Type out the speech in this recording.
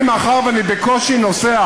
אני, מאחר שאני בקושי נוסע,